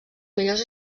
millors